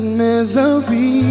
misery